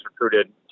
recruited